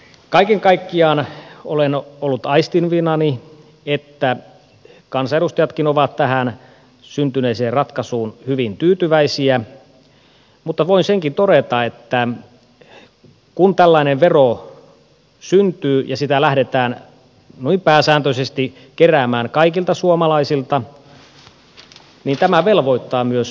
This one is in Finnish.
kaiken kaikkiaan olen ollut aistivinani että kansanedustajatkin ovat tähän syntyneeseen ratkaisuun hyvin tyytyväisiä mutta voin senkin todeta että kun tällainen vero syntyy ja sitä lähdetään noin pääsääntöisesti keräämään kaikilta suomalaisilta niin tämä velvoittaa myös yleisradiota